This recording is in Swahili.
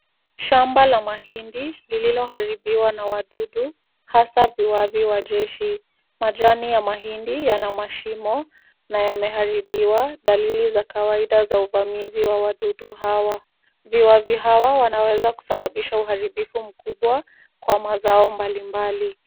Shamba la mahindi lililoharibiwa na wadudu hasa viwavi wa jeshi. Majani ya mahindi yana mashimo na yameharibiwa, dalili za kawaida za uvamizi wa wadudu hawa. Viwavi hawa wanaweza kusababisha uharibifu mkubwa kwa mazao mbali mbali.